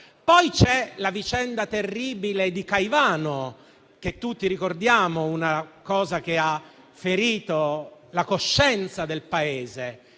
Poi c'è la vicenda terribile di Caivano, che tutti ricordiamo, perché ha ferito la coscienza del Paese.